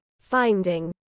finding